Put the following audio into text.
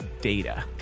data